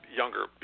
younger